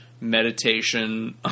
meditation